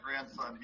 grandson